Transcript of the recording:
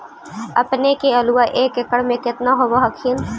अपने के आलुआ एक एकड़ मे कितना होब होत्थिन?